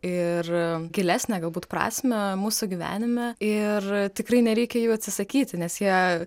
ir gilesnę galbūt prasmę mūsų gyvenime ir tikrai nereikia jų atsisakyti nes jie